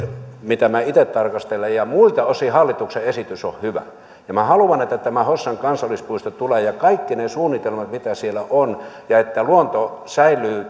niitä minä itse tarkastelen ja ja muilta osin hallituksen esitys on hyvä minä haluan että tämä hossan kansallispuisto tulee ja kaikki ne ne suunnitelmat mitä siellä on ja että luonto säilyy